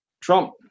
Trump